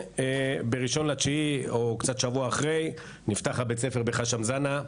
וב-1.9 נפתח בית הספר בחאשם ז'נה.